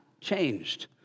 changed